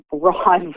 broad